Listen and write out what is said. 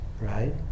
right